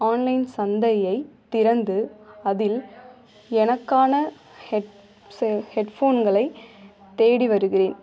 online சந்தையைத் திறந்து அதில் எனக்கான ஹெட் சே ஹெட் ஃபோன்களைத் தேடி வருகிறேன்